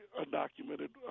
undocumented